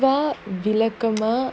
விளக்கமா:vilakkama